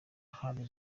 hadi